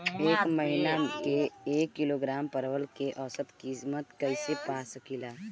एक महिना के एक किलोग्राम परवल के औसत किमत कइसे पा सकिला?